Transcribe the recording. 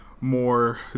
more